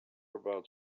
about